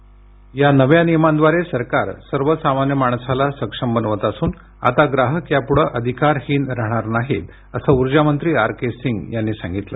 ध्वनी या नव्या नियमांद्वारे सरकार सर्वसामान्य माणसाला सक्षम बनवत असून आता ग्राहक यापुढे अधिकारहीन राहणार नाहीत असं ऊर्जा मंत्री आर के सिंग यांनी सांगितलं